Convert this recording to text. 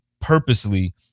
purposely